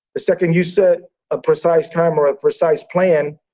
the second you set a precise time or a precise plan,